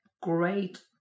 great